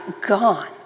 gone